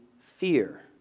fear